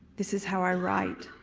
this is how i write.